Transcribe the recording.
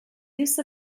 use